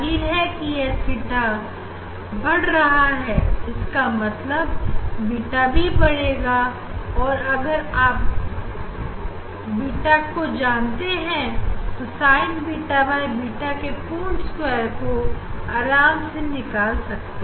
जाहिर है कि यह थीटा बढ़ रहा है इसका मतलब बीता भी बढ़ेगा और अगर आप बीटा को जानते हैं तो Sin beta by beta के पूर्ण स्क्वायर को आराम से निकाल सकते हैं